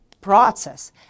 process